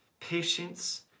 patience